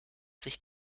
sich